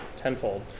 tenfold